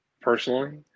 Personally